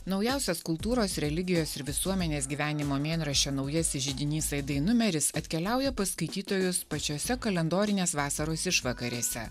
naujausias kultūros religijos ir visuomenės gyvenimo mėnraščio naujasis židinys aidai numeris atkeliauja pas skaitytojus pačiose kalendorinės vasaros išvakarėse